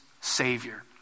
savior